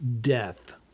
death